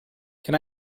can